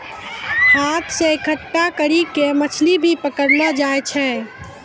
हाथ से इकट्ठा करी के मछली भी पकड़लो जाय छै